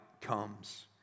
comes